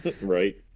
Right